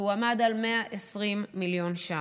והוא עמד על 120 מיליון שקלים.